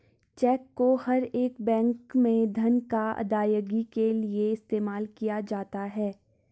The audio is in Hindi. चेक को हर एक बैंक में धन की अदायगी के लिये इस्तेमाल किया जाता है